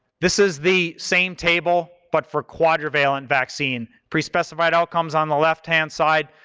this is the same table, but for quadrivalent vaccine. pre-specified outcomes on the left-hand side,